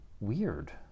weird